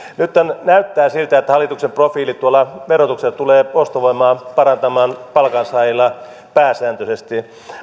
nythän näyttää siltä että hallituksen profiili tuolla verotuksessa tulee ostovoimaa parantamaan palkansaajilla pääsääntöisesti